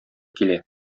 килә